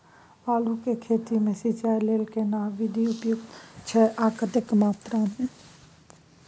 आलू के खेती मे सिंचाई लेल केना विधी उपयुक्त अछि आ कतेक मात्रा मे?